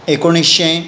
एकुणशें